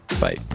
Bye